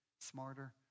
smarter